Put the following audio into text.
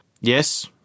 yes